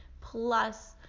plus